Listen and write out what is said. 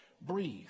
breathe